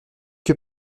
que